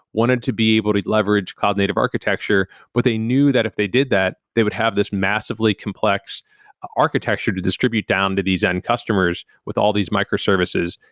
wanted to be able to leverage cognitive architecture, but they knew that if they did that, they would have this massively complex architecture to distribute down to these end customers with all these microservices.